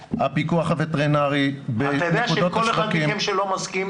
כאן שהפיקוח הווטרינרי אתה יודע שכל אחד מכם שלא מסכים,